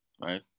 Right